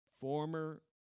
former